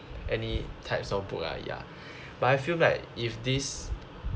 any types of book lah ya but I feel like if this